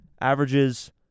Averages